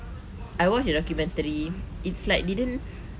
I watch the documentary it's like they didn't